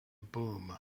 boom